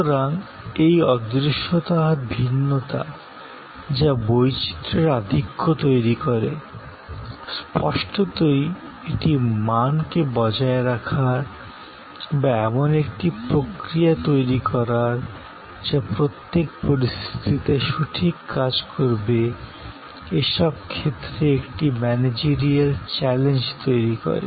সুতরাং এই অদৃশ্যতা আর ভিন্নতা যা বৈচিত্রের আধিক্য তৈরি করে স্পষ্টতই এটি মানকে বজায় রাখার বা এমন একটি প্রক্রিয়া তৈরি করার যা প্রত্যেক পরিস্থিতিতে সঠিক কাজ করবে এসব ক্ষেত্রে একটি ম্যানেজরিয়াল চ্যালেঞ্জ তৈরি করে